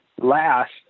last